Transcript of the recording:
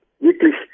wirklich